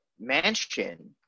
mansion